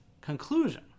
conclusion